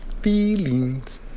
feelings